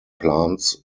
plants